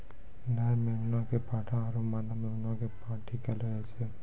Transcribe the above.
नर मेमना कॅ पाठा आरो मादा मेमना कॅ पांठी कहलो जाय छै